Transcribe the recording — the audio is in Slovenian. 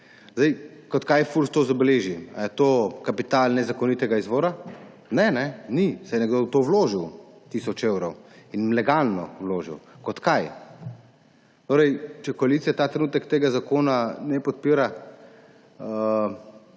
Kot kaj Furs to zabeleži? Ali je to kapital nezakonitega izvora? Ne, ni. Saj je nekdo to vložil, tisoč evrov, in legalno vložil. Kot kaj? Če koalicija ta trenutek tega zakona ne podpira,